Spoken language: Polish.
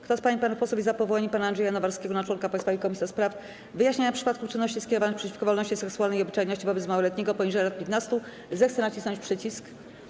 Kto z pań i panów posłów jest za powołaniem pana Andrzeja Nowarskiego na członka Państwowej Komisji do spraw wyjaśniania przypadków czynności skierowanych przeciwko wolności seksualnej i obyczajności wobec małoletniego poniżej lat 15, zechce nacisnąć przycisk.